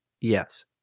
yes